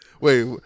Wait